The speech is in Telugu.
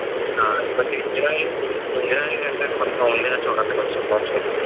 కొంచెం ఇంజిన్ ఆయిల్ ఇంజిన్ ఆయిల్ గట్రా కొంచెం ఉండేలా చూడండి కొంచెం మంచిగా